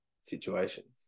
situations